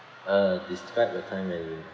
uh describe a time when you